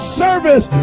service